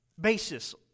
basis